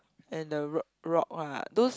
and the r~ rock ah those